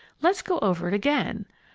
let's go over it again,